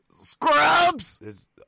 scrubs